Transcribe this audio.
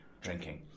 drinking